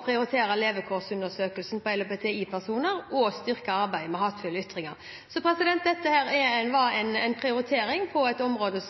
prioritere levekårsundersøkelsen for LHBTI-personer og styrke arbeidet mot hatefulle ytringer. Dette var en prioritering som vi gjorde på et område.